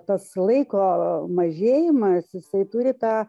tas laiko mažėjimas jisai turi tą